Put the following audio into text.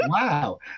wow